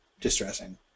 distressing